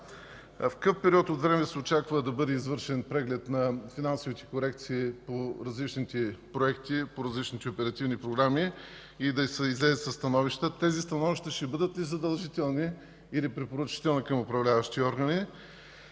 какъв период от време се очаква да бъде извършен преглед на финансовите корекции по различните проекти, по различните оперативни програми и да се излезе със становища? Тези становища ще бъдат ли задължителни, или препоръчителни към управляващи органи?